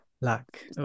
luck